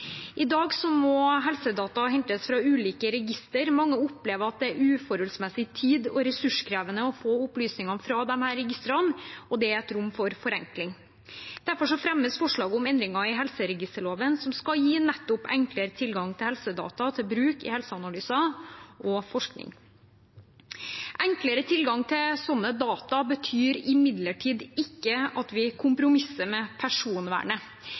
I dag må helsedata hentes fra ulike register. Mange opplever at det er uforholdsmessig tid- og ressurskrevende å få opplysninger fra disse registrene, og det er rom for forenkling. Derfor fremmes forslag om endringer i helseregisterloven, som skal gi nettopp enklere tilgang til helsedata til bruk i helseanalyser og forskning. Enklere tilgang til sånne data betyr imidlertid ikke at vi kompromisser med personvernet.